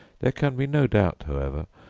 there can be no doubt, however,